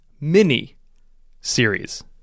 Mini-series